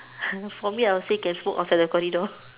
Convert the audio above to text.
for me I would say can smoke outside the corridor